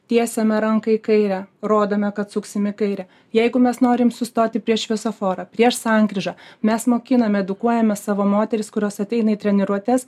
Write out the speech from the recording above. tiesiame ranką į kairę rodome kad suksim į kairę jeigu mes norim sustoti prie šviesoforo prieš sankryžą mes mokiname edukuojame savo moteris kurios ateina į treniruotes